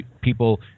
people